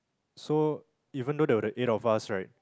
so even though there were the eight of us right